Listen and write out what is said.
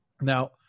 Now